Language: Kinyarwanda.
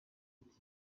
ati